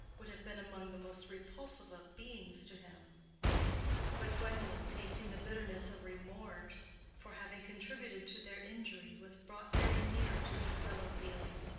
would have been among the most repulsive of beings to him but gwendolen tasting the bitterness of remorse for having contributed to their injury was brought very near to his fellow-feeling.